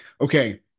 Okay